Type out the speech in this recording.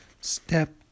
step